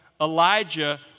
Elijah